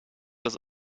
das